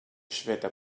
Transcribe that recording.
shweta